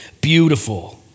beautiful